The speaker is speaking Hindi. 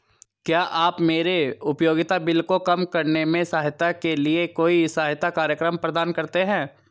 क्या आप मेरे उपयोगिता बिल को कम करने में सहायता के लिए कोई सहायता कार्यक्रम प्रदान करते हैं?